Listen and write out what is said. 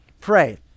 pray